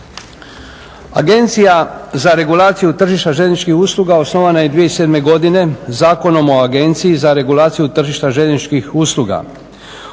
Agencija za regulaciju tržišta željezničkih usluga osnovana je 2007. godine Zakonom o agenciji za regulaciju tržišta željezničkih usluga